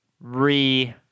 re